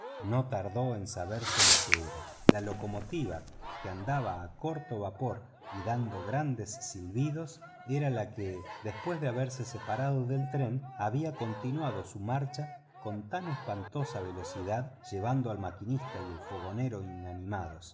no tardó en saberse lo que era la locomotora que andaba a corto vapor y dando grandes silbidos era la que después de haberse separado del tren había conlinuado su marcha con tan espantosa velocidad llevando al maquinista y fogonero inanimados